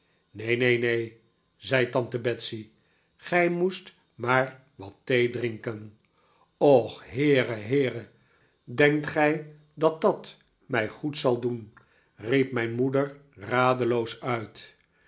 neen neen neen zei tante betsey gij moest maar wat thee drinken och heere heere denkt gij dat dat mij goed zal doen riep mijn moeder radeloos uit